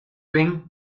wing